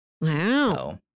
Wow